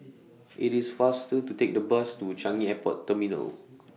IT IS faster to Take The Bus to Changi Airport Terminal